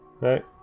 right